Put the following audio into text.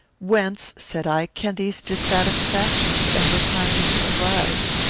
whence, said i, can these dissatisfactions and repinings arise?